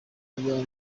kuba